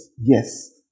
Yes